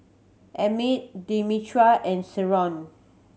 Emmet Demetra and Sherron